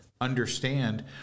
understand